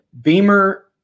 Beamer